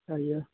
అయ్యో